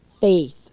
faith